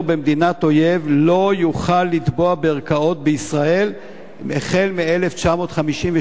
במדינת אויב לא יוכל לתבוע בערכאות בישראל החל ב-1952,